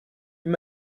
you